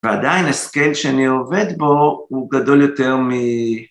ועדיין הסקל שאני עובד בו הוא גדול יותר מ...